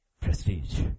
Prestige